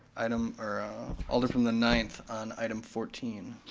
item, or alder from the ninth on item fourteen.